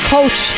coach